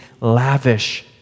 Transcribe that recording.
lavish